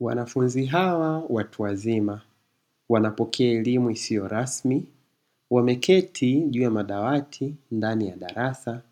Wanafunzi hawa watu wazima wanapokea elimu isiyo rasmi, wameketi juu ya madawati ndani ya darasa,